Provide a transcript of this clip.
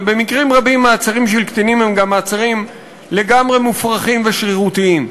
ובמקרים רבים מעצרים של קטינים הם גם מעצרים לגמרי מופרכים ושרירותיים,